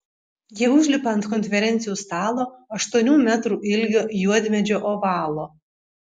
jie užlipa ant konferencijų stalo aštuonių metrų ilgio juodmedžio ovalo